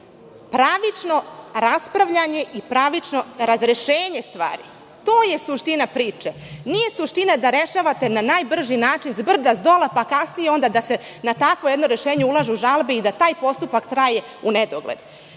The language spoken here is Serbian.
pravično raspravljanje i pravično razrešenje stvari. To je suština priče. Nije suština da rešavate na najbrži način, s brda dola, pa kasnije da se na takvo rešenje ulažu žalbe i da taj postupak traje u nedogled.